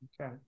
Okay